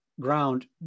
ground